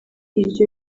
iryo